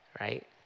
right